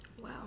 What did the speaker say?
Wow